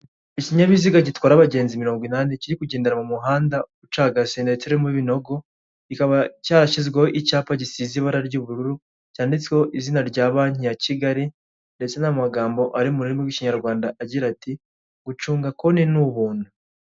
Ikinyabiziga gitwara abagenzi mirongo inani kiri kugendera mu muhanda ucagase ndetse harimo ibinogo, kika cyashyizweho icyapa gisize ibara ry'ubururu cyanditseho izina rya banki ya kigali ndetse n'amagambo ari mu rumirimi rw'ikinyarwanda agira ati gucunga konte ni ubuntu.